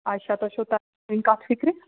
اَچھا تۄہہِ چھُو تران کَتھ فِکرِ